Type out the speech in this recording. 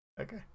Okay